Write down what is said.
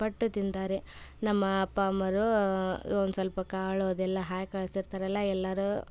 ಪಟ್ಟು ತಿಂತಾರೆ ನಮ್ಮ ಅಪ್ಪ ಅಮ್ಮವರು ಒಂದು ಸ್ವಲ್ಪ ಕಾಳು ಅದೆಲ್ಲ ಹಾಕಿ ಕಳಿಸಿರ್ತಾರಲ್ಲ ಎಲ್ಲರೂ